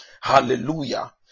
Hallelujah